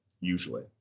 Usually